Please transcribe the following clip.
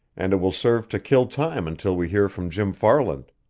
and it will serve to kill time until we hear from jim farland.